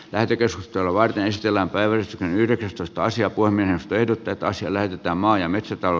lähetekeskustelua yleisellä päivän yritystuista asia kuin myöhästelyt otetaan siellä jotta maa ja metsätal